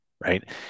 right